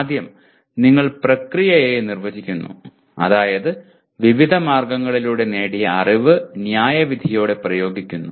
ആദ്യം നിങ്ങൾ പ്രക്രിയയെ നിർവചിക്കുന്നു അതായത് വിവിധ മാർഗങ്ങളിലൂടെ നേടിയ അറിവ് ന്യായവിധിയോടെ പ്രയോഗിക്കുന്നു